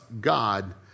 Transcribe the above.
God